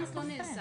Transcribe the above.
מרגע שזה לא נעשה,